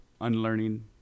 unlearning